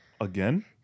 Again